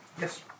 Yes